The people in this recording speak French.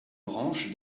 branche